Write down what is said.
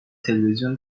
تلویزیون